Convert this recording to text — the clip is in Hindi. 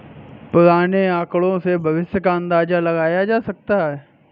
पुराने आकड़ों से भविष्य का अंदाजा लगाया जा सकता है